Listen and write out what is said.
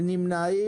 מי נמנע?